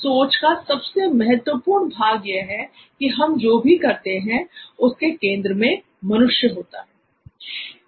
इस सोच का सबसे महत्वपूर्ण भाग यह है कि हम जो भी करते हैं उसके केंद्र में मनुष्य होता है